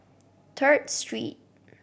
Third Street